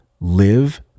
live